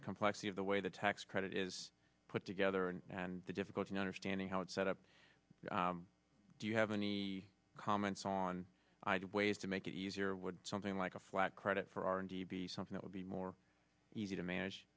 the complexity of the way the tax credit is put together and the difficulty in understanding how it's set up do you have any comments on i did ways to make it easier would something like a flat credit for r and d be something that would be more easy to manage